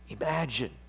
Imagine